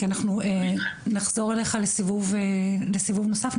כי אנחנו נחזור אליך לסיבוב נוסף.